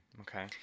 Okay